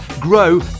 grow